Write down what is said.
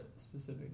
specific